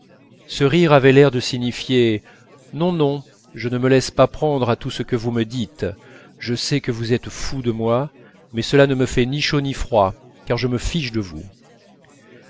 ce rire avait l'air de signifier non non je ne me laisse pas prendre à tout ce que vous me dites je sais que vous êtes fou de moi mais cela ne me fait ni chaud ni froid car je me fiche de vous